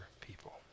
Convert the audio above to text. people